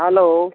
hello